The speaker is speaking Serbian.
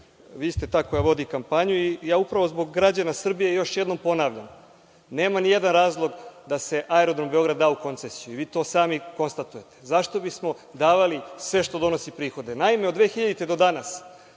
da ste vi ta koja vodi kampanju. Upravo zbog građana Srbije još jednom ponavljam, nema ni jedan razlog da se aerodrom Beograd da u koncesiju, i to sami konstatujete. Zašto bismo davali sve što donosi prihode. Naime, od 2000. godine